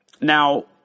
Now